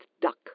duck